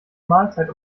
mahlzeit